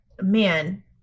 man